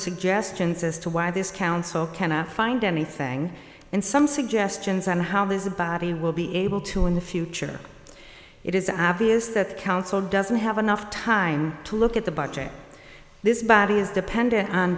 suggestions as to why this council cannot find anything and some suggestions on how this a body will be able to in the future it is obvious that the council doesn't have enough time to look at the budget this body is dependent on